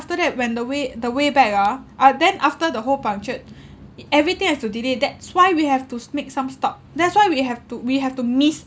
after that when the way the way back ah uh then after the hole punctured everything has to delay that's why we have to s~ make some stop that's why we have to we have to miss